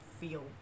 feel